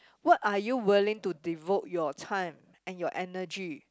what are you willing to devote you time and your energy